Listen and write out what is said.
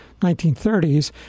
1930s